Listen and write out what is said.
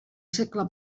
segle